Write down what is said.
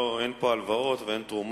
אדבר על הפרכות ועל המוזרויות ועל